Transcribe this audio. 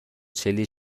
چلی